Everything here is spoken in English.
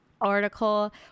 article